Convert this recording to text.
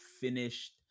finished